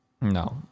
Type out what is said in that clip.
No